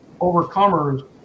overcomers